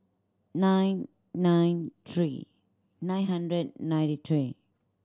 nine nine three nine hundred ninety three